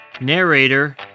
Narrator